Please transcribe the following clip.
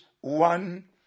one